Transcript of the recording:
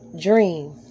dream